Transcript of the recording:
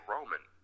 Roman